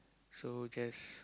so just